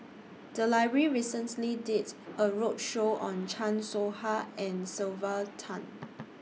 The Library recently did A roadshow on Chan Soh Ha and Sylvia Tan